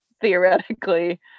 theoretically